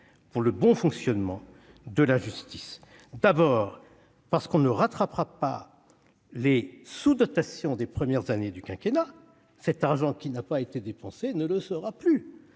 pour le bon fonctionnement de la justice. Je l'affirme ! En effet, on ne rattrapera pas les sous-dotations des premières années du quinquennat- cet argent qui n'a pas été dépensé ne le sera plus.